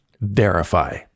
Verify